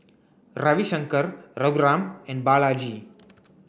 Ravi Shankar Raghuram and Balaji